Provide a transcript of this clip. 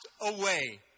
away